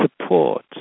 support